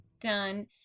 Done